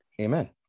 amen